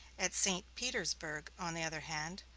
at st. petersburg, on the other hand,